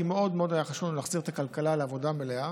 כי מאוד מאוד היה חשוב לנו להחזיר את הכלכלה לעבודה מלאה,